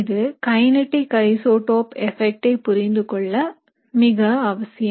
இது கைநீட்டிக் isotope effect ஐ புரிந்துகொள்ள மிக அவசியம்